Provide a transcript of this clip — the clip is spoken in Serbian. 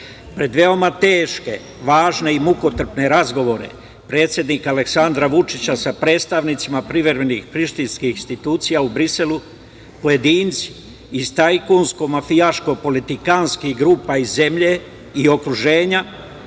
Pred veoma teške, važne i mukotrpne razgovore predsednika Aleksandra Vučića sa predstavnicima privremenih prištinskih institucija u Briselu, pojedinci iz tajkunsko-mafijaško-politikanskih grupa iz zemlje i okruženja,